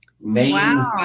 main